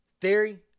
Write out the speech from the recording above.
Theory